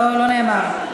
לא נאמר.